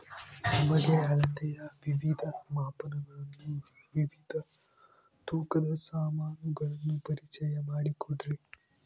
ನಮಗೆ ಅಳತೆಯ ವಿವಿಧ ಮಾಪನಗಳನ್ನು ವಿವಿಧ ತೂಕದ ಸಾಮಾನುಗಳನ್ನು ಪರಿಚಯ ಮಾಡಿಕೊಡ್ರಿ?